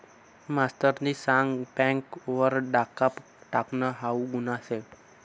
मास्तरनी सांग बँक वर डाखा टाकनं हाऊ गुन्हा शे